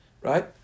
right